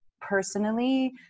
personally